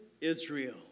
Israel